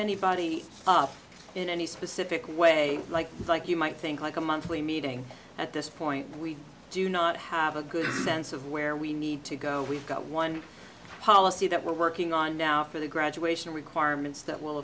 anybody up in any specific way like like you might think like a monthly meeting at this point we do not have a good sense of where we need to go we've got one policy that we're working on now for the graduation requirements that will